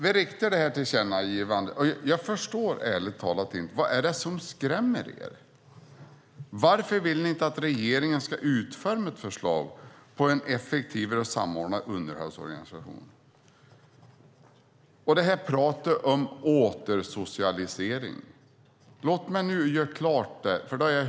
Vi riktar ett tillkännagivande. Jag förstår ärligt talat inte: Vad är det som skrämmer er? Varför vill ni inte att regeringen ska utforma ett förslag på en effektivare och samordnad underhållsorganisation? Det här pratet om återsocialisering har jag nu hört hela eftermiddagen.